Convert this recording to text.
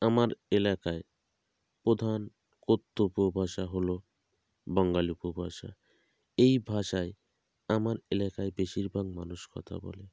আমার এলাকায় প্রধান কথ্য় উপভাষা হলো বঙ্গালী উপভাষা এই ভাষায় আমার এলাকায় বেশিরভাগ মানুষ কথা বলে